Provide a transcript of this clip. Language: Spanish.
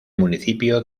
municipio